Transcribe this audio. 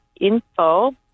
info